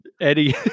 Eddie